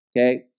Okay